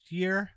year